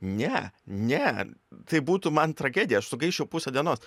ne ne tai būtų man tragedija aš sugaiščiau pusę dienos